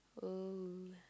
oh